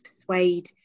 persuade